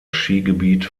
skigebiet